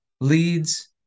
leads